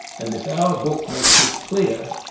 and if our book makes this clear,